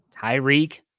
Tyreek